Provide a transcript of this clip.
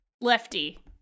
lefty